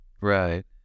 Right